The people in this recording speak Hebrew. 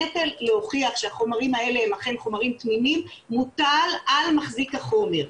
הנטל להוכיח שהחומרים האלה הם אכן חומרים תמימים מוטל על מחזיק החומר.